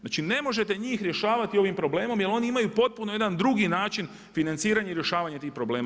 Znači ne možete njih rješavati ovim problemom jer oni imaju potpunu jedan drugi način financiranja i rješavanja tih problema.